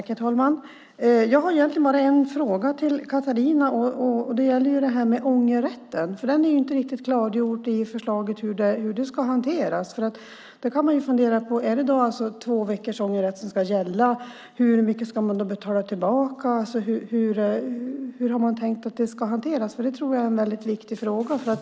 Herr talman! Jag har egentligen bara en fråga till Katarina, och den gäller detta med ångerrätten. Det är inte riktigt klargjort i förslaget hur den ska hanteras. Man kan fundera på om det är två veckors ångerrätt som ska gälla. Hur mycket ska man då betala tillbaka? Hur har man tänkt att det ska hanteras? Jag tror att det är en väldigt viktig fråga.